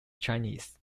chinese